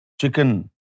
chicken